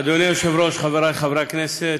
אדוני היושב-ראש, חברי חברי הכנסת,